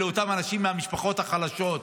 אלה אותם אנשים מהמשפחות החלשות.